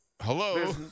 Hello